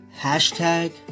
Hashtag